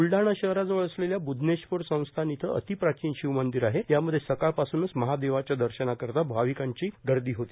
ब्लडाणा शहराजवळ असलेल्या ब्धनेश्वर संस्थान येथे अति प्राचीन शिवमंदीर आहे यामध्ये सकाळपासूनच महादेवांच्या दर्शनाकरीता भाविकांची गर्दी होती